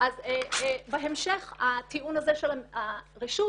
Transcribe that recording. אז בהמשך הטיעון הזה של הרשות